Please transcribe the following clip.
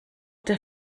der